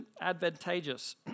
advantageous